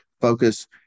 focus